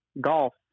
golf